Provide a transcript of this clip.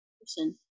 person